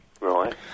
Right